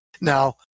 Now